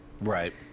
Right